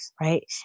right